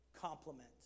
compliment